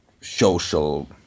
social